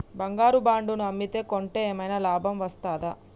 బంగారు బాండు ను అమ్మితే కొంటే ఏమైనా లాభం వస్తదా?